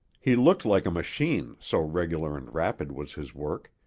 he looked like a machine, so regular and rapid was his work.